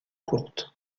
courtes